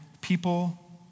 people